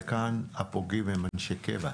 וכאן הפוגעים הם אנשי קבע.